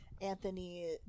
Anthony